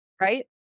right